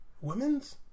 Women's